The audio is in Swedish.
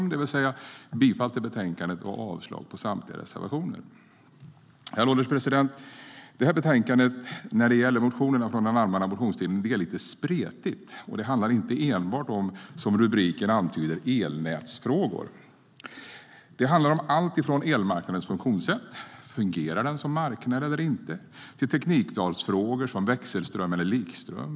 Jag yrkar alltså bifall till utskottets förslag i betänkandet och avslag på samtliga reservationer. Herr ålderspresident! Betänkandet är lite spretigt när det gäller motioner från den allmänna motionstiden och handlar inte enbart, som rubriken antyder, om elnätsfrågor. Det handlar om allt från elmarknadens funktionssätt - fungerar den som en marknad eller inte - till teknikvalsfrågor om växelström eller likström.